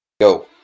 Go